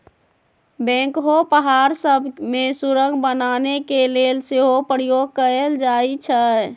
backhoe पहाड़ सभ में सुरंग बनाने के लेल सेहो प्रयोग कएल जाइ छइ